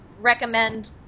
recommend